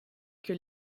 que